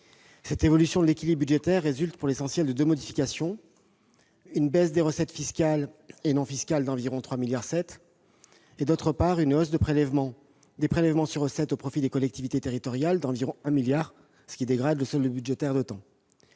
Cette évolution de l'équilibre budgétaire résulte, pour l'essentiel, de deux modifications : d'une part, une baisse des recettes fiscales et non fiscales d'environ 3,7 milliards d'euros ; d'autre part, une hausse des prélèvements sur recettes au profit des collectivités territoriales de 1 milliard d'euros, ce qui dégrade le solde budgétaire d'autant.